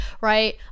right